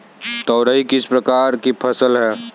तोरई किस प्रकार की फसल है?